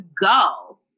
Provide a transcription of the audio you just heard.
go